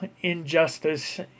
injustice